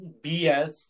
BS